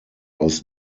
aus